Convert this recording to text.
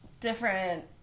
different